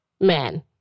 man